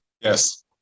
Yes